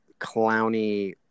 clowny